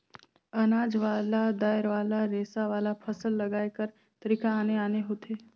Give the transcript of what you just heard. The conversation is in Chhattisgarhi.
अनाज वाला, दायर वाला, रेसा वाला, फसल लगाए कर तरीका आने आने होथे